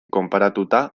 konparatuta